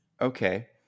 Okay